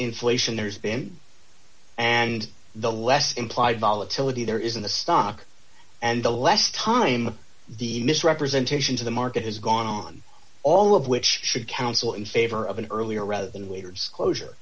inflation there's been and the less implied volatility there is in the stock and the last time the misrepresentation to the market has gone on all of which should counsel in favor of an earlier rather than waiters closure